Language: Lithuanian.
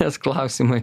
nes klausimai